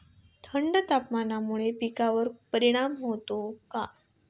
थंड तापमानामुळे पिकांवर परिणाम होतो का?